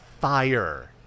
fire